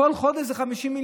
כל חודש זה 50 מיליון.